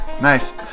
Nice